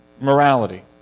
morality